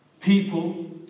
people